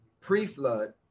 Pre-flood